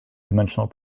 dimensional